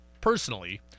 personally